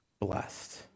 blessed